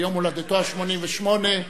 ליום הולדתו ה-88,